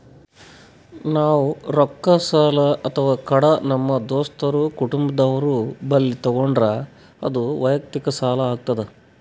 ನಾವ್ ರೊಕ್ಕ ಸಾಲ ಅಥವಾ ಕಡ ನಮ್ ದೋಸ್ತರು ಕುಟುಂಬದವ್ರು ಬಲ್ಲಿ ತಗೊಂಡ್ರ ಅದು ವಯಕ್ತಿಕ್ ಸಾಲ ಆತದ್